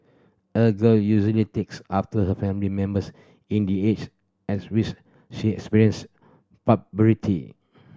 a girl usually takes after her family members in the age at which she experience